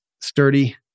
sturdy